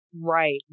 Right